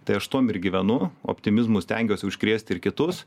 tai aš tuom ir gyvenu optimizmu stengiuosi užkrėsti ir kitus